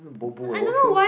bobo ah what said what